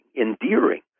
endearing